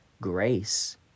grace